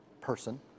person